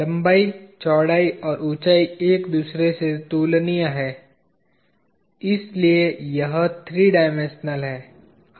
लंबाई चौड़ाई और ऊंचाई एक दूसरे से तुलनीय हैं इसलिए यह 3 डायमेंशनल है